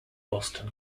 boston